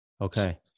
Okay